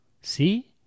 See